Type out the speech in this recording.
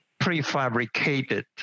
prefabricated